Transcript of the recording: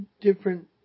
different